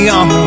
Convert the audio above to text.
on